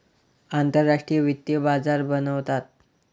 आंतरराष्ट्रीय वित्तीय बाजार बनवतात